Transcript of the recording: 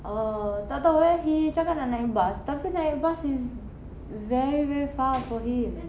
err tak tahu eh he cakap nak naik bus tapi naik bus is very very far for him